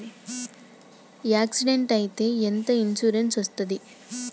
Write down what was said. Accident అయితే ఎంత insurance వస్తది?